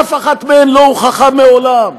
שאף אחת מהן לא הוכחה מעולם,